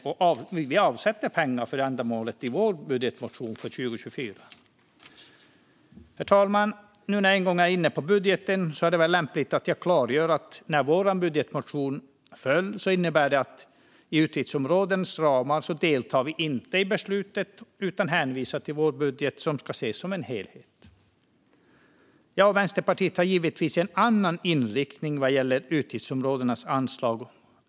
Och vi avsätter pengar för ändamålet i vår budgetmotion. När jag nu en gång är inne på budgeten är det väl lämpligt att jag klargör följande: Att vår budgetmotion föll innebär att vi inte deltar i besluten om utgiftsområdenas ramar utan hänvisar till vår budget, som ska ses som en helhet. Jag och Vänsterpartiet har givetvis en annan inriktning vad gäller även detta utgiftsområdes anslag.